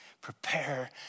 Prepare